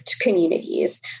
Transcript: communities